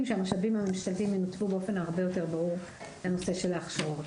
שהמשאבים הממשלתיים ינותבו באופן הרבה יותר ברור לנושא של ההכשרות.